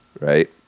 right